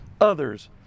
others